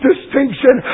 distinction